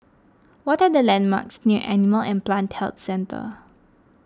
what are the landmarks near Animal and Plant Health Centre